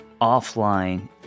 offline